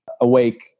awake